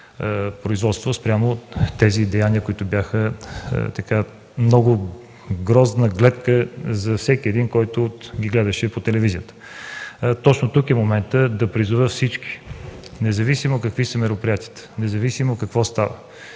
производство спрямо тези деяния, които бяха много грозна гледка за всеки един, който ги гледаше по телевизията. Точно тук е моментът да призова всички: независимо какви са мероприятията, независимо какво става,